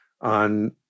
on